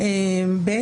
(ב)